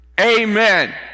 Amen